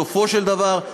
בסופו של דבר,